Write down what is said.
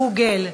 גוגל,